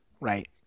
Right